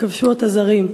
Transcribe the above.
שכבשו אותה זרים,